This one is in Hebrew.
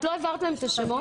אתם התמהמהתם עם זה.